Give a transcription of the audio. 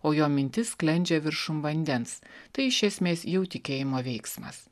o jo mintis sklendžia viršum vandens tai iš esmės jau tikėjimo veiksmas